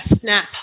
Snap